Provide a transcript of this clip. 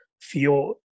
feel